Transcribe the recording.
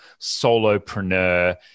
solopreneur